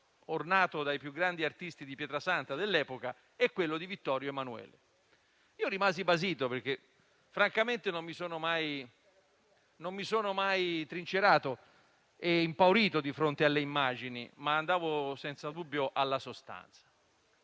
ornato dai più grandi artisti di Pietrasanta dell'epoca, e di Vittorio Emanuele. Rimasi basito perché non mi sono mai trincerato e impaurito di fronte alle immagini, andando senza dubbio alla sostanza.